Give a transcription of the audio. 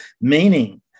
meaning